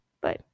Bye